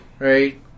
Right